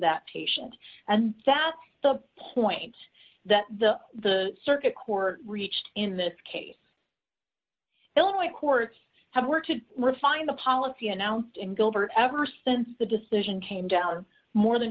that patient and that's the point that the the circuit court reached in this case illinois courts have worked to refine the policy announced in gilbert ever since the decision came down more than